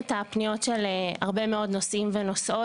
את הפניות של הרבה מאוד נוסעים ונוסעות